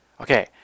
Okay